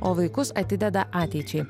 o vaikus atideda ateičiai